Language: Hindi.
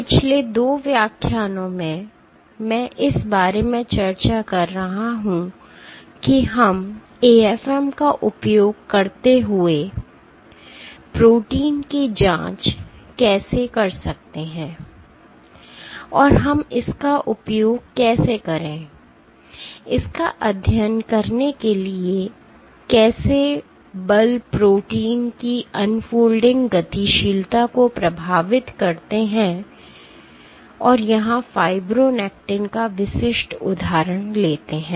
पिछले 2 व्याख्यानों में मैं इस बारे में चर्चा कर रहा हूं कि हम AFM का उपयोग करते हुए प्रोटीन की जांच कैसे कर सकते हैं और हम इसका उपयोग कैसे कर सकते हैं इसका अध्ययन करने के लिए कैसे बल प्रोटीन की अनफोल्डिंग गतिशीलता को प्रभावित करते हैं और यहां फाइब्रोनेक्टिन का विशिष्ट उदाहरण लेते हैं